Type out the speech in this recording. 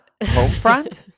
Homefront